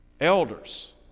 Elders